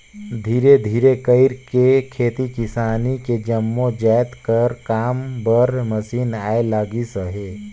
धीरे धीरे कइरके खेती किसानी के जम्मो जाएत कर काम बर मसीन आए लगिस अहे